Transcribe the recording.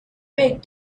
big